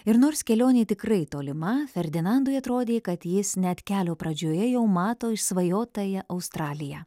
ir nors kelionė tikrai tolima ferdinandui atrodė kad jis net kelio pradžioje jau mato išsvajotąją australiją